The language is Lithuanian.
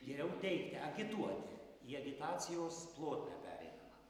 geriau teikti agituoti į agitacijos plotmę pereinama